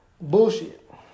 bullshit